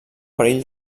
perill